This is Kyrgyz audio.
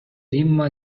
римма